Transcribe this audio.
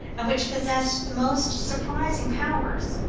and which possessed the most surprising powers,